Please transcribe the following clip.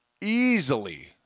easily